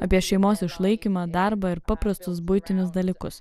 apie šeimos išlaikymą darbą ir paprastus buitinius dalykus